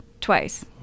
twice